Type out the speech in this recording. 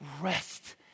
rest